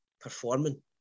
performing